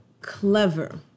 clever